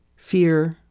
Fear